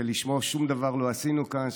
שלשמו שום דבר לא עשינו כאן,